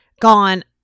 gone